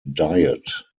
diet